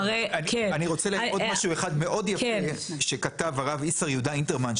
אני רוצה להגיד עוד משהו אחד מאוד יפה שכתה הרב איסר יהודה אינטרמן,